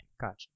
Gotcha